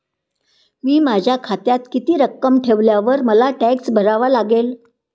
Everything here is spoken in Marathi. मी माझ्या खात्यात किती रक्कम ठेवल्यावर मला टॅक्स भरावा लागेल?